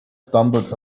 stumbled